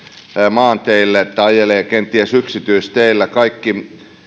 maanteillä että ajelee kenties yksityisteillä